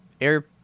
air